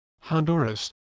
Honduras